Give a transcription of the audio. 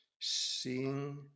seeing